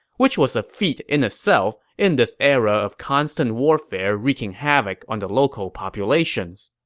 which was a feat in itself in this era of constant warfare wreaking havoc on the local populations